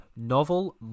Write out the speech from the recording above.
novel